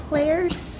players